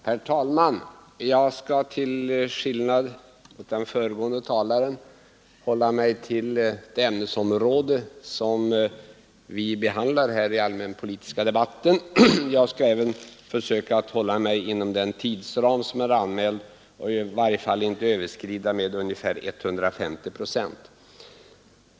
Herr talman! Jag skall till skillnad från den föregående talaren hålla mig till det ämnesområde som vi nu behandlar i den allmänpolitiska debatten. Jag skall även försöka hålla mig inom den tidsram som är anmäld för mitt anförande och i varje fall inte överskrida den med ungefär 150 procent.